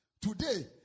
today